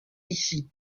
ici